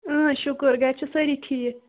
اۭں شُکُر گَرِ چھِ سٲری ٹھیٖک